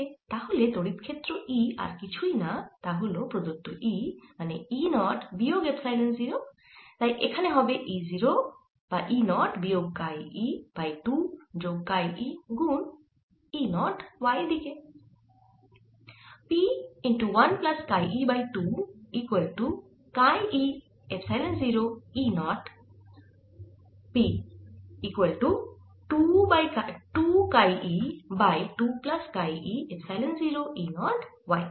ভেতরে তড়িৎ ক্ষেত্র E আর কিছুই না তা হল প্রদত্ত E মানে E 0 বিয়োগ এপসাইলন 0 তাই এখানে হবে E 0 বিয়োগ কাই e বাই 2 যোগ কাই e গুন E 0 y দিকে